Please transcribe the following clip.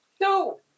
No